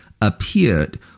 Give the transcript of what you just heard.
appeared